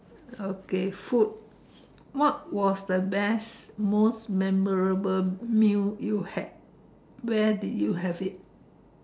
okay food what was the best most memorable meal you had where did you have it